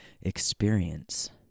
experience